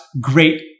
great